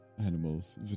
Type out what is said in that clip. animals